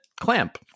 Clamp